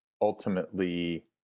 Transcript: ultimately